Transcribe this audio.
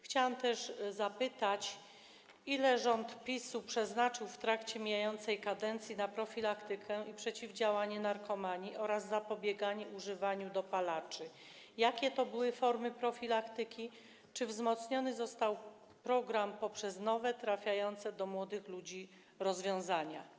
Chciałam też zapytać, ile rząd PiS przeznaczył w trakcie mijającej kadencji na profilaktykę w tym zakresie, przeciwdziałanie narkomanii oraz zapobieganie używaniu dopalaczy, jakie to były formy profilaktyki i czy wzmocniony został program poprzez nowe, trafiające do młodych ludzi rozwiązania.